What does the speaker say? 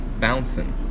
bouncing